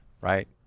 right